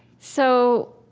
so,